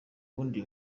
ubundi